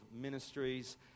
ministries